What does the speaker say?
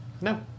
No